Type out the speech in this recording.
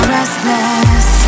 restless